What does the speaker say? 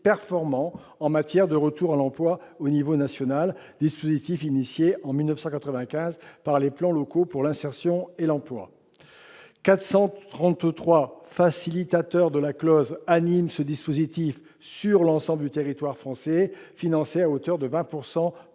performant en matière de retour à l'emploi au niveau national, dispositif lancé en 1995 par les plans locaux pour l'insertion et l'emploi. Ce sont 433 facilitateurs de la clause qui animent sur l'ensemble du territoire français ce dispositif, financé à hauteur de 20 % par